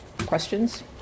questions